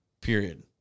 period